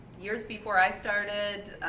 years before i started,